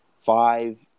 five